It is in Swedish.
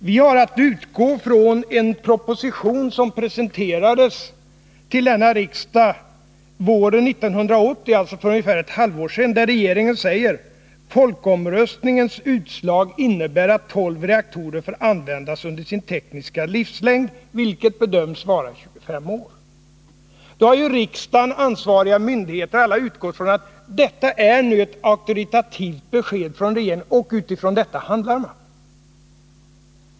Vi har att utgå från den proposition som presenterades för riksdagen våren 1980, alltså för ungefär ett halvår sedan, där man säger: ”Folkomröstningens utslag innebär att tolv reaktorer får användas under sin tekniska livslängd, vilken bedöms vara 25 år.” Då har ju riksdagen, ansvariga myndigheter och alla organ utgått från att detta är ett auktoritativt besked från regeringen, och utifrån det handlar man.